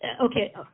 okay